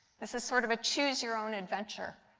this is sort of a choose your own adventure.